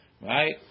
right